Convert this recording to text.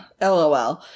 LOL